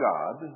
God